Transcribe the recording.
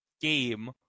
game